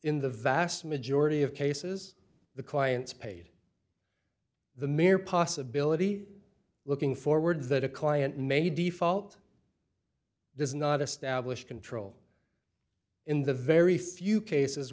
in the vast majority of cases the clients paid the mere possibility looking forwards that a client may default does not establish control in the very few cases